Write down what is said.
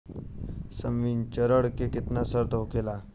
संवितरण के केतना शर्त होखेला?